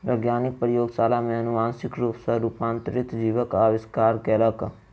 वैज्ञानिक प्रयोगशाला में अनुवांशिक रूप सॅ रूपांतरित जीवक आविष्कार कयलक